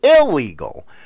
illegal